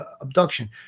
abduction